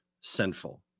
sinful